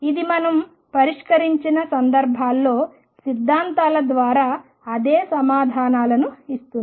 ఇది మనం పరిష్కరించిన సందర్భాలలో సిద్ధాంతాల ద్వారా అదే సమాధానాలను ఇస్తుంది